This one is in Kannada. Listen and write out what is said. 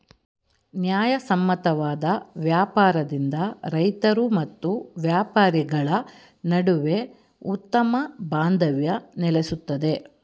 ನ್ಯಾಯಸಮ್ಮತವಾದ ವ್ಯಾಪಾರದಿಂದ ರೈತರು ಮತ್ತು ವ್ಯಾಪಾರಿಗಳ ನಡುವೆ ಉತ್ತಮ ಬಾಂಧವ್ಯ ನೆಲೆಸುತ್ತದೆ